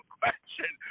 question